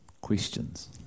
Questions